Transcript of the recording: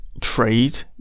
trade